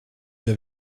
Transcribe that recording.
suis